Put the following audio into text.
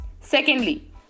secondly